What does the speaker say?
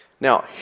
now